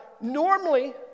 normally